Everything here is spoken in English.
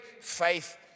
faith